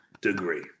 degree